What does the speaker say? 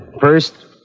First